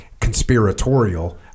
conspiratorial